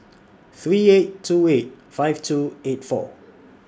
three eight two eight five two four eight